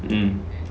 mm